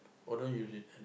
or don't use it